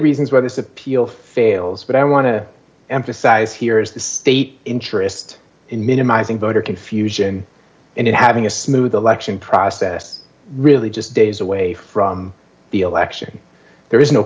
reasons why this appeal fails but i want to emphasize here is the state interest in minimizing voter confusion and it having a smooth election process really just days away from the election there is no